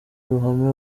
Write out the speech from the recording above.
ruhame